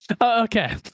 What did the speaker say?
Okay